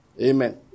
Amen